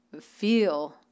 feel